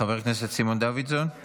חבר הכנסת סימון דוידסון, בבקשה.